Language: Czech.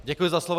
Děkuji za slovo.